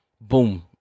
boom